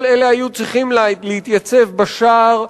כל אלה היו צריכים להתייצב בשער,